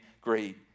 great